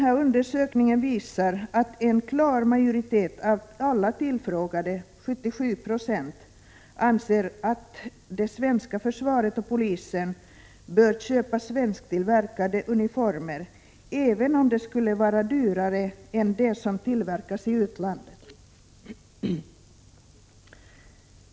Undersökningen visar att en klar majoritet av alla tillfrågade, 77 90, anser att det svenska försvaret och polisen bör köpa svensktillverkade uniformer, även om de skulle vara dyrare än sådana som tillverkas i utlandet.